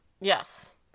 Yes